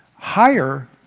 higher